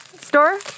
store